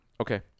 Okay